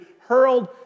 hurled